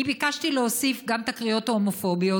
אני ביקשתי להוסיף גם את הקריאות ההומופוביות,